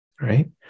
right